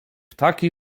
taki